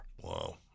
Wow